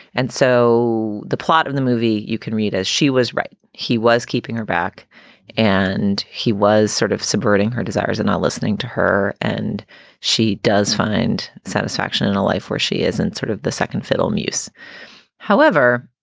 and so the plot of the movie you can read as she was right, he was keeping her back and he was sort of subverting her desires and listening to her. and she does. find satisfaction in a life where she isn't sort of the second fiddle muse however,